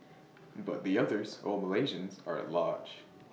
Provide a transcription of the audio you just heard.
but the others all Malaysians are at large